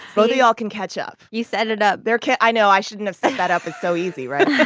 both of y'all can catch up see. you set it up there can't i know. i shouldn't have set that up. it's so easy, right?